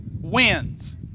wins